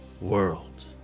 world